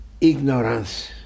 ignorance